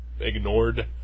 ignored